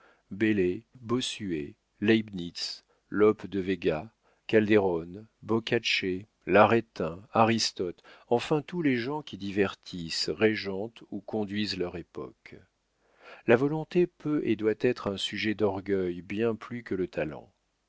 bossuet leibnitz lope de véga calderon boccace l'arétin aristote enfin tous les gens qui divertissent régentent ou conduisent leur époque la volonté peut et doit être un sujet d'orgueil bien plus que le talent